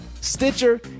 Stitcher